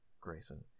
Grayson